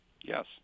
Yes